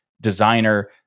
designer